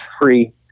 free